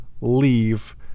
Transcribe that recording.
leave